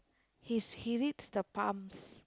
he's he reads the palms